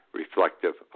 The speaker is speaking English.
reflective